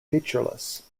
featureless